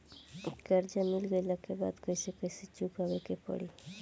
कर्जा मिल गईला के बाद कैसे कैसे चुकावे के पड़ी?